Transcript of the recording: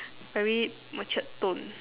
very matured tone